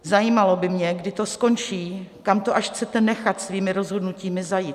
Zajímalo by mě, kdy to skončí, kam to až chcete nechat svými rozhodnutími zajít.